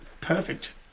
perfect